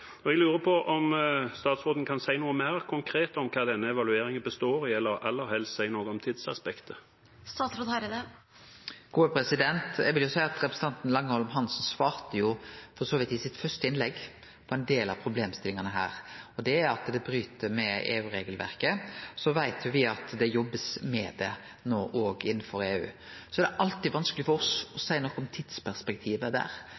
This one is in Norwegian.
Jeg lurer på om statsråden kan si noe mer konkret om hva denne evalueringen består i, eller aller helst si noe om tidsaspektet. Eg vil jo seie at representanten Langholm Hansen i første innlegget sitt for så vidt svarte på ein del av problemstillingane her. Det bryt med EU-regelverket. Og så veit me at det blir jobba med det no òg innanfor EU. Så er det alltid vanskeleg for oss å seie noko om tidsperspektivet der.